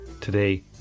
Today